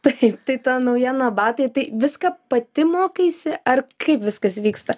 tai kaip tai ta naujiena batai tai viską pati mokaisi ar kaip viskas vyksta